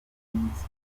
rw’iminsi